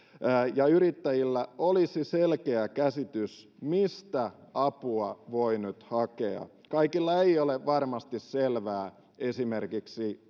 ja yrittäjillä olisi selkeä käsitys mistä apua voi nyt hakea kaikille ei ole varmasti selvää esimerkiksi